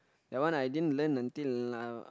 that one I didn't learn until uh